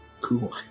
Cool